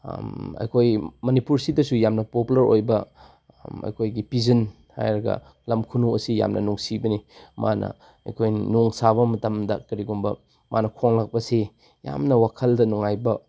ꯑꯩꯈꯣꯏ ꯃꯅꯤꯄꯨꯔꯁꯤꯗꯁꯨ ꯌꯥꯝꯅ ꯄꯣꯄꯨꯂꯔ ꯑꯣꯏꯕ ꯑꯩꯈꯣꯏꯒꯤ ꯄꯤꯖꯟ ꯍꯥꯏꯔꯒ ꯂꯝ ꯈꯨꯅꯨ ꯑꯁꯤ ꯌꯥꯝꯅ ꯅꯨꯡꯁꯤꯕꯅꯤ ꯃꯥꯅ ꯑꯩꯈꯣꯏ ꯅꯣꯡꯁꯥꯕ ꯃꯇꯝꯗ ꯀꯔꯤꯒꯨꯝꯕ ꯃꯥꯅ ꯈꯣꯡꯂꯛꯄꯁꯤ ꯌꯥꯝꯅ ꯋꯥꯈꯜꯗ ꯅꯨꯡꯉꯥꯏꯕ